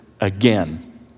again